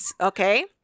Okay